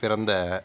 பிறந்த